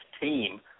team